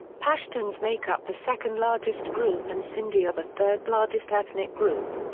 pashtuns make up the second largest group and sindhi are the third-largest ethnic group.